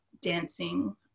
dancing